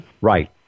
Right